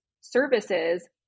services